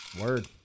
Word